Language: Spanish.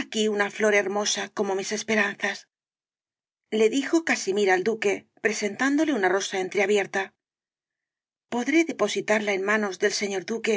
aquí una flor hermosa como mis esperanzas le dijo casimira al duque presentándole una rosa e n t r e a b i e r t a podré depositarla en manos del señor duque